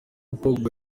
pogba